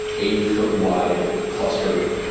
eighty foot wide cluster of